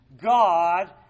God